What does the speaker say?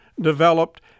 developed